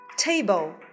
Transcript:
table